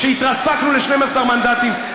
כשהתרסקנו ל-12 מנדטים,